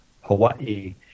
Hawaii